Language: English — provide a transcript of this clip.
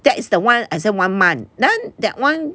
that is the one I say one month then that one